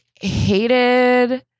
hated